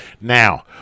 Now